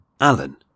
Alan